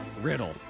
riddle